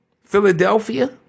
Philadelphia